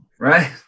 Right